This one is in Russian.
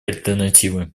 альтернативы